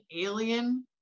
alien